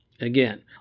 Again